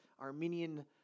Armenian